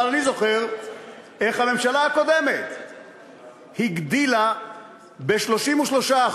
אבל אני זוכר איך הממשלה הקודמת הגדילה ב-33%,